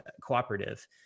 cooperative